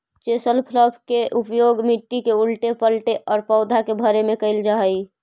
chisel plough के उपयोग मट्टी के उलऽटे पलऽटे औउर पौधा के भरे में कईल जा हई